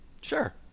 Sure